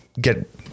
get